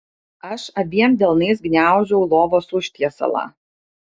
aš abiem delnais gniaužau lovos užtiesalą